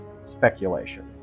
speculation